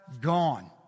gone